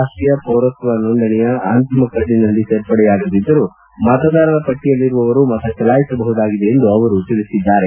ರಾಷ್ಷೀಯ ಪೌರತ್ತ ನೋಂದಣಿಯ ಅಂತಿಮ ಕರಡಿನಲ್ಲಿ ಸೇರ್ಪಡೆಯಾಗದಿದ್ದರೂ ಮತದಾರರ ಪಟ್ಟಯಲ್ಲಿರುವವರು ಮತ ಚಲಾಯಿಸಬಹುದಾಗಿದೆ ಎಂದು ಅವರು ಹೇಳಿದ್ದಾರೆ